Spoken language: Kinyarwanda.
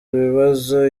ibibazo